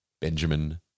Benjamin